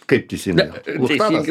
kaip teisingai